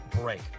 break